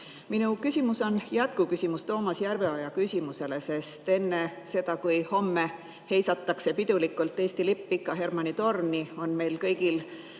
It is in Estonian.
Minu küsimus on jätkuküsimus Toomas Järveoja küsimusele, sest enne seda, kui homme heisatakse pidulikult Eesti lipp Pika Hermanni torni, on meil kõigil